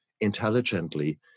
intelligently